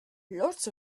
lots